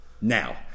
Now